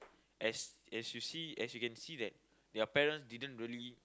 as as you see as you can see that their parents didn't really